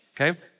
okay